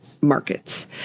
markets